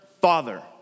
father